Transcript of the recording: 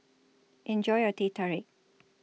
Enjoy your Teh Tarik